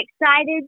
excited